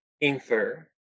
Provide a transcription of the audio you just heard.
infer